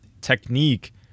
technique